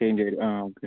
change ചെയ്തുതരും ആ okay